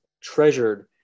treasured